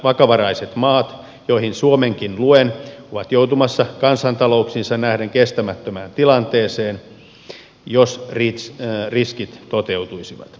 vakavaraiset maat joihin suomenkin luen ovat joutumassa kansantalouksiinsa nähden kestämättömään tilanteeseen jos riskit toteutuisivat